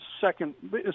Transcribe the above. second